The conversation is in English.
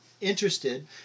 interested